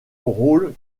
rôles